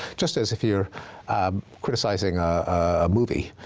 just as if you're criticizing a movie.